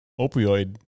opioid